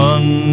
One